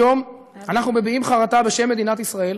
היום אנחנו מביעים חרטה בשם מדינת ישראל,